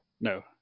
No